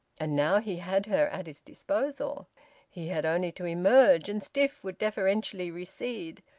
and now, he had her at his disposal he had only to emerge, and stiff would deferentially recede,